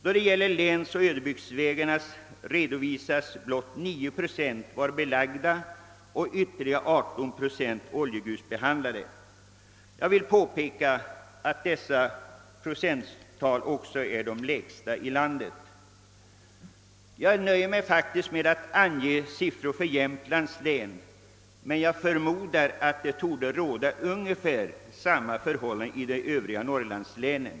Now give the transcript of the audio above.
Beträffande länsoch ödebygds vägarna redovisas blott 9 procent som belagda och ytterligare 18 procent oljegrusbehandlade. Jag vill påpeka att dessa procenttal också är de lägsta i landet. Jag nöjer mig här med att ange siffrorna för Jämtlands län men förmodar att ungefär samma förhållanden råder i de övriga norrlandslänen.